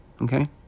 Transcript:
okay